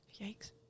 Yikes